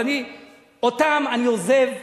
אותם אני עוזב,